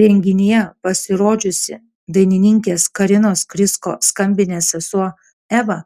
renginyje pasirodžiusi dainininkės karinos krysko skambinės sesuo eva